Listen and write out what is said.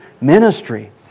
ministry